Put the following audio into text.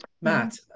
Matt